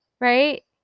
right